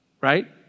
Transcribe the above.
right